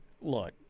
look